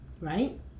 right